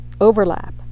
overlap